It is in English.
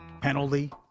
Penalty